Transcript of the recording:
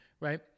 right